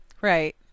Right